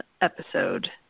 episode